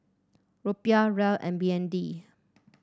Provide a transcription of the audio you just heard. Rupiah Riel and B N D